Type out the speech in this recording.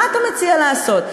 מה אתה מציע לעשות?